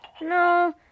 No